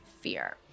fear